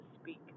speak